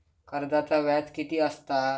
कर्जाचा व्याज कीती असता?